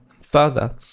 further